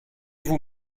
vous